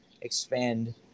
expand